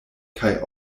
kaj